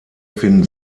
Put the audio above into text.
finden